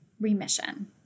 remission